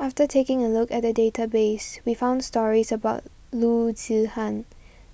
after taking a look at the database we found stories about Loo Zihan